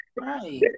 Right